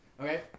Okay